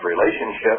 relationship